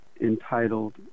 entitled